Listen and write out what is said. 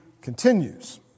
continues